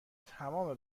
تمام